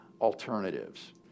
alternatives